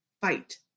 Fight